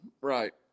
right